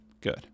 good